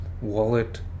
wallet